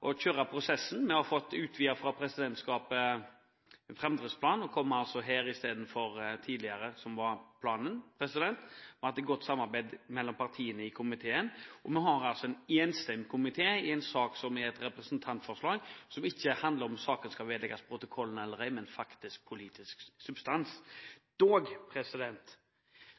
har fått en utvidet framdriftsplan fra presidentskapet og fått komme her nå istedenfor tidligere, som var planen, vi har hatt et godt samarbeid mellom partiene i komiteen, og vi har altså en enstemmig komité i en sak som er et representantforslag som ikke handler om hvorvidt saken skal vedlegges protokollen eller ei, men som faktisk har politisk substans. Dog